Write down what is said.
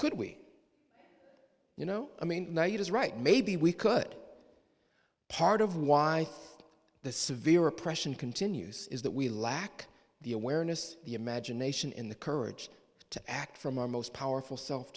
could we you know i mean now you just write maybe we could part of why the severe oppression continues is that we lack the awareness the imagination in the courage to act from our most powerful self